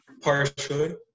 partially